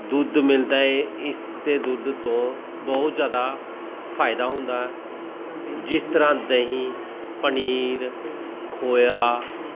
ਦੁੱਧ ਮਿਲਦਾ ਹੈ ਇਸਦੇ ਦੁੱਧ ਤੋਂ ਬਹੁਤ ਜ਼ਿਆਦਾ ਫਾਇਦਾ ਹੁੰਦਾ ਜਿਸ ਤਰ੍ਹਾਂ ਦਹੀਂ ਪਨੀਰ ਖੋਇਆ